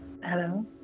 Hello